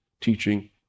teaching